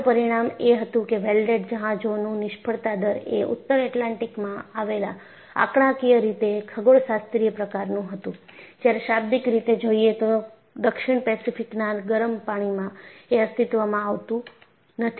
આનું પરિણામ એ હતું કે વેલ્ડેડ જહાજોનું નિષ્ફળતા દર એ ઉત્તર એટલાન્ટિકમાં આવેલા આંકડાકીય રીતે ખગોળશાસ્ત્રીય પ્રકારનું હતું જ્યારે શાબ્દિક રીતે જોઈએ તો દક્ષિણ પેસિફિકના ગરમ પાણીમાં એ અસ્તિત્વમાં આવતું નથી